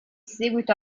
seguito